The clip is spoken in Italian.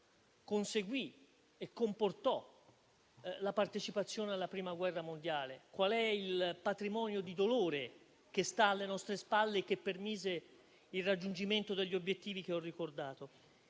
conseguì e comportò la partecipazione alla Prima guerra mondiale; qual è il patrimonio di dolore che sta alle nostre spalle e che permise il raggiungimento degli obiettivi che ho ricordato.